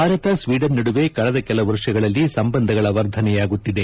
Bharat Sweden ನಡುವೆ ಕಳೆದ ಕೆಲ ವರ್ಷಗಳಲ್ಲಿ ಸಂಬಂಧಗಳ ವರ್ಧನೆಯಾಗುತ್ತಿದೆ